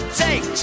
take